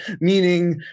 meaning